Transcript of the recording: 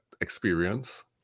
experience